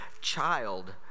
child